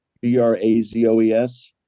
b-r-a-z-o-e-s